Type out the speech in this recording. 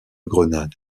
grenade